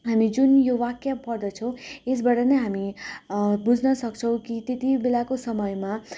हामी जुन यो वाक्य पढ्दछौँ यसबाट नै हामी बुझ्न सक्छौँ कि त्यति बेलाको समयमा